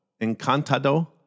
encantado